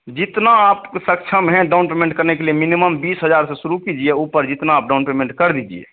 जितना आप सक्षम है डाउन पेमेंट करने के लिए मिनिमम बीस हज़ार से शुरू कीजिए ऊपर जितना डाउन पेमेंट कर दीजिए